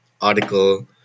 article